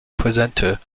presenter